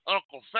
Uncle